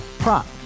Prop